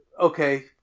okay